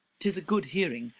tis a good hearing,